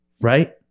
right